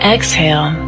Exhale